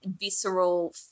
visceral